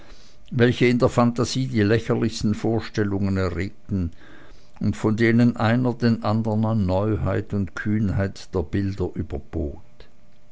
welche in der phantasie die lächerlichsten vorstellungen erregten und von denen einer den andern an neuheit und kühnheit der bilder überbot